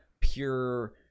pure